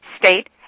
State